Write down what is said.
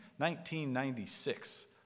1996